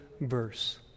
verse